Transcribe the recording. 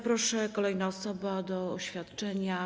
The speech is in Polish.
Proszę, kolejna osoba do oświadczenia.